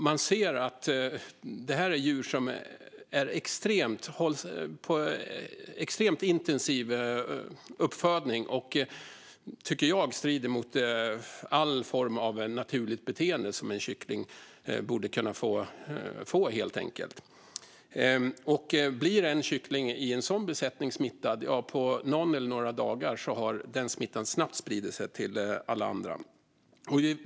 Man ser att det är en extremt intensiv uppfödning av djuren. Jag tycker helt enkelt att det strider mot all form av naturligt beteende, som en kyckling borde kunna ha. Och blir en kyckling i en sådan besättning smittad sprider sig smittan till alla andra på någon dag eller några dagar.